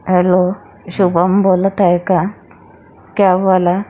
hello Shubham बोलत आहे का कॅबवाला